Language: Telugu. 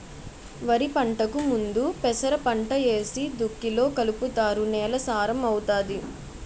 వరిపంటకు ముందు పెసరపంట ఏసి దుక్కిలో కలుపుతారు నేల సారం అవుతాది